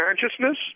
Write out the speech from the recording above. consciousness